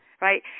right